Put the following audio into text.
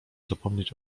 zapomnieć